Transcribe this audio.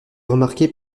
remarquer